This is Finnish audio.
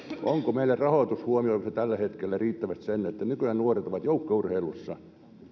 onko meillä rahoitus huomioimassa tällä hetkellä riittävästi sen että nykyään nuoret ovat joukkueurheilussa